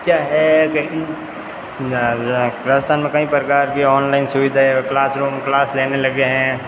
क्या है कि राजस्थान में कई प्रकार की ऑनलाइन सुविधाएँ हैं और क्लासरूम क्लास लेने लग गए हैं